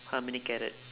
how many carrot